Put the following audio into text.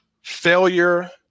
failure